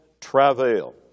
travail